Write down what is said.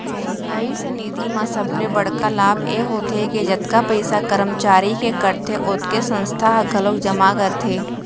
भविस्य निधि म सबले बड़का लाभ ए होथे के जतका पइसा करमचारी के कटथे ओतके संस्था ह घलोक जमा करथे